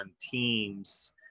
teams